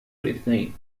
الإثنين